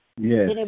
Yes